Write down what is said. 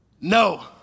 No